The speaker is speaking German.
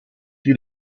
die